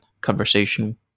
conversation